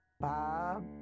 bob